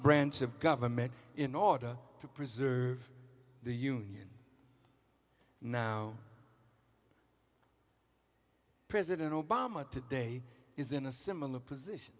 branch of government in order to preserve the union now president obama today is in a similar position